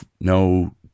no